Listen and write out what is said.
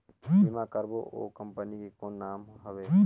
बीमा करबो ओ कंपनी के कौन नाम हवे?